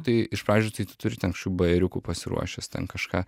tai iš pradžių tai tu turi ten kažkokių bajeriukų pasiruošęs ten kažką